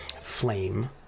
flame